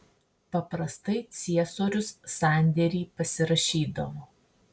paprastai ciesorius sandėrį pasirašydavo